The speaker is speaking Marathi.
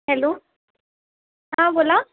हॅलो हा बोला